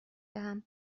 دهم